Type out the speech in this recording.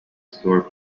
store